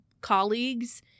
colleagues